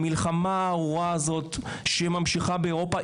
המלחמה הארורה הזאת שממשיכה באירופה,